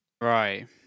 Right